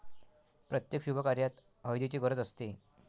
प्रत्येक शुभकार्यात हळदीची गरज असते